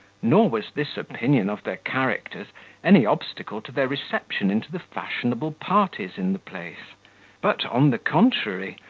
nor was this opinion of their characters any obstacle to their reception into the fashionable parties in the place but, on the contrary,